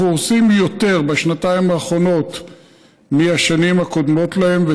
אנחנו הורסים בשנתיים האחרונות יותר מבשנים הקודמות להן,